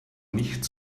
nicht